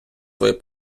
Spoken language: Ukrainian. свої